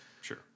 sure